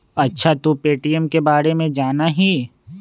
अच्छा तू पे.टी.एम के बारे में जाना हीं?